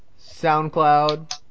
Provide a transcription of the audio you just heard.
SoundCloud